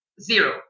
zero